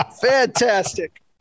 fantastic